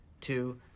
Two